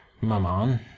Maman